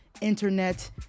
internet